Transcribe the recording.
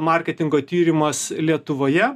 marketingo tyrimas lietuvoje